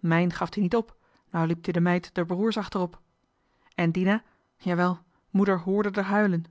mijn gaf t ie niet op nou liep t ie de meid d'er broers achterop en dina jawel moeder hoorde d'er huilen